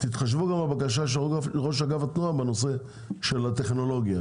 תתחשבו גם בבקשה של ראש אגף התנועה בנושא של הטכנולוגיה.